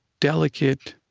delicate,